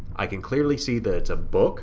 i can clearly see that it's a book